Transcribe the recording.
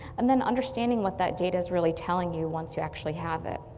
and then understanding what that data is really telling you once you actually have it.